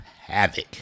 havoc